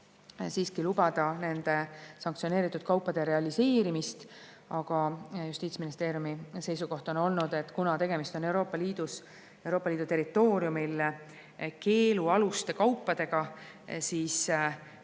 siiski lubada nende sanktsioneeritud kaupade realiseerimist, aga Justiitsministeeriumi seisukoht on olnud, et kuna tegemist on Euroopa Liidus, Euroopa Liidu territooriumil keelualuste kaupadega, siis